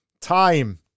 Time